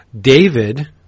David